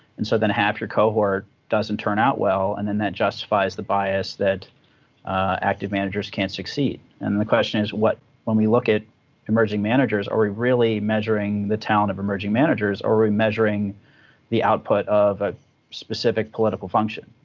and so then half your cohort doesn't turn out well, and then that justifies the bias that active managers can't succeed. and the question is, when we look at emerging managers, are we really measuring the talent of emerging managers, or are we measuring the output of a specific political function?